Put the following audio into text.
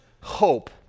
hope